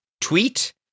tweet